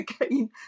again